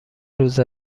روز